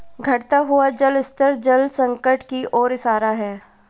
घटता हुआ जल स्तर जल संकट की ओर इशारा है